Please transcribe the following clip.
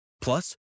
Plus